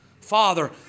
Father